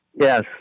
Yes